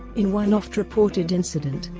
in one oft-reported incident,